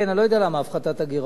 כן, אני לא יודע למה הפחתת הגירעון.